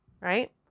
right